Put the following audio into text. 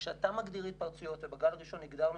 כשאתה מגדיר התפרצויות ובגל הראשון הגדרנו